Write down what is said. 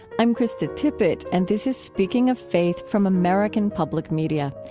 i'm krista tippett, and this is speaking of faith from american public media.